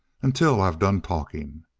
until i've done talking.